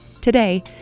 today